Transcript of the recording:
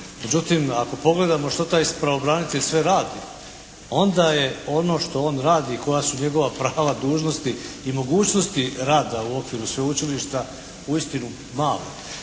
Međutim, ako pogledamo što taj pravobranitelj sve radi, onda je ono što on radi, koja su njegova prava, dužnosti i mogućnosti rada u okviru Sveučilišta uistinu mala.